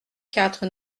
quatre